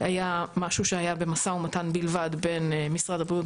היה משהו שהיה במשא ומתן בלבד בין משרד הבריאות,